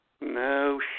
No